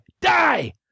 die